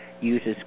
uses